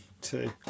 Two